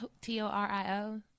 t-o-r-i-o